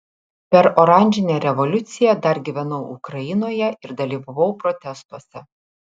per oranžinę revoliuciją dar gyvenau ukrainoje ir dalyvavau protestuose